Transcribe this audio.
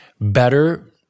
Better